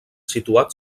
situat